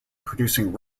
producing